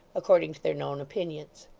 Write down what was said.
according to their known opinions.